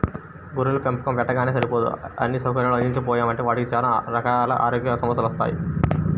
గొర్రెల పెంపకం పెట్టగానే సరిపోదు అన్నీ సౌకర్యాల్ని అందించకపోయామంటే వాటికి చానా రకాల ఆరోగ్య సమస్యెలొత్తయ్